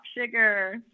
Sugar